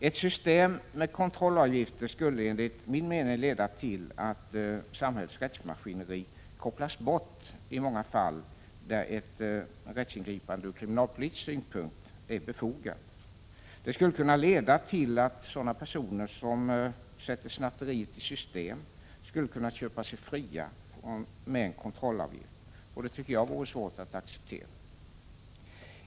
Ett system med kontrollavgifter skulle enligt min mening leda till att samhällets rättsmaskineri kopplas bort i många fall där ett rättsingripande ur kriminalpolitisk synpunkt är befogat. Det skulle kunna leda till att sådana personer som sätter snatteriet i system skulle kunna köpa sig fria med en kontrollavgift, och det tycker jag vore svårt att acceptera.